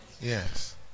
Yes